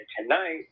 tonight